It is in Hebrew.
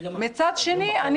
מצד שני,